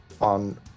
on